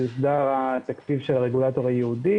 יוסדר התקציב של הרגולטור הייעודי